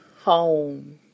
home